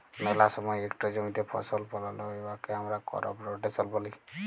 ম্যালা সময় ইকট জমিতে ফসল ফলাল হ্যয় উয়াকে আমরা করপ রটেশল ব্যলি